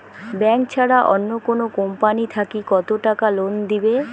Bank ছাড়া অন্য কোনো কোম্পানি থাকি কত টাকা লোন দিবে?